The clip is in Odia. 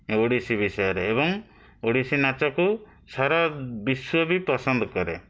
ଓଡ଼ିଶୀ ବିଷୟରେ ଏବଂ ଓଡ଼ିଶୀ ନାଚକୁ ସାରା ବିଶ୍ୱ ବି ପସନ୍ଦ କରେ